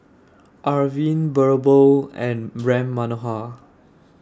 Arvind Birbal and Ram Manohar